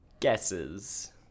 guesses